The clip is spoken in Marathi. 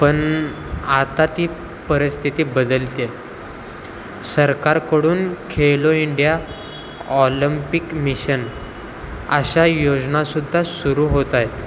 पण आता ती परस्थिती बदलते आहे सरकारकडून खेलो इंडिया ऑलंम्पिक मिशन अशा योजनासुद्धा सुरू होत आहेत